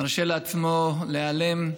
מרשה לעצמו להיעלם,